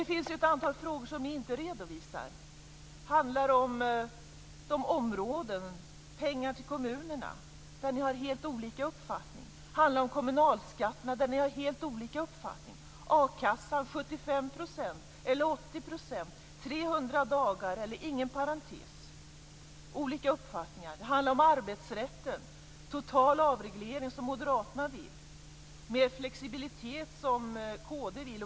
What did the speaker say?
Det finns också ett antal frågor som ni inte redovisar. Det handlar då om pengar till kommunerna, och där har ni helt olika uppfattning. Det handlar om kommunalskatterna, och där har ni helt olika uppfattning. Det handlar om a-kassan - om 75 % eller 80 %, om 300 dagar eller ingen parentes. Också där finns det olika uppfattningar. Det handlar om arbetsrätten och en total avreglering, som Moderaterna vill. Det handlar om mera flexibilitet, som Kristdemokraterna vill.